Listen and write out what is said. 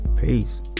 peace